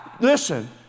listen